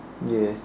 ya